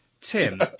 Tim